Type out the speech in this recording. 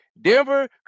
Denver